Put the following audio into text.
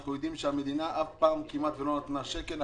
אנחנו יודעים שהמדינה כמעט אף פעם לא נתנה ולו שקל.